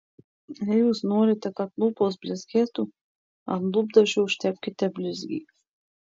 jei jūs norite kad lūpos blizgėtų ant lūpdažio užtepkite blizgį